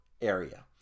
area